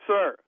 Sir